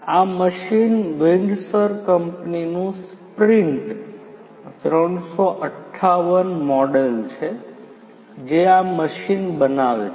આ machine Windsor કંપનીનું sprint 358 model છે જે આ મશીન બનાવે છે